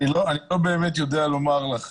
אני לא באמת יודע לומר לך